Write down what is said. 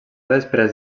després